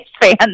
fans